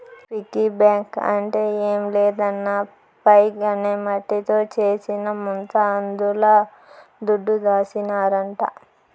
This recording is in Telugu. పిగ్గీ బాంక్ అంటే ఏం లేదన్నా పైగ్ అనే మట్టితో చేసిన ముంత అందుల దుడ్డు దాసినారంట